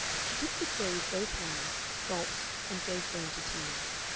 she took the tray with both hands, gulped, and gave way to tears.